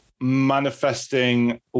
manifesting